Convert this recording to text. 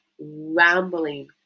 rambling